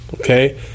Okay